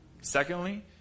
Secondly